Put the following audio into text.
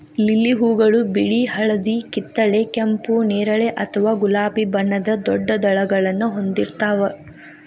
lily ಹೂಗಳು ಬಿಳಿ, ಹಳದಿ, ಕಿತ್ತಳೆ, ಕೆಂಪು, ನೇರಳೆ ಅಥವಾ ಗುಲಾಬಿ ಬಣ್ಣದ ದೊಡ್ಡ ದಳಗಳನ್ನ ಹೊಂದಿರ್ತಾವ